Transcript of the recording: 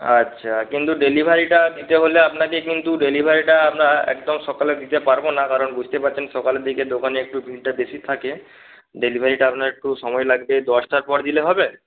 আচ্ছা কিন্তু ডেলিভারিটা দিতে হলে আপনাকে কিন্তু ডেলিভারিটা আমরা একদম সকালে দিতে পারব না কারণ বুঝতেই পারছেন সকালের দিকে দোকানে একটু ভিড়টা বেশি থাকে ডেলিভারিটা আপনার একটু সময় লাগবে দশটার পর দিলে হবে